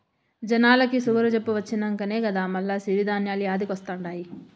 జనాలకి సుగరు జబ్బు వచ్చినంకనే కదా మల్ల సిరి ధాన్యాలు యాదికొస్తండాయి